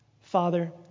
Father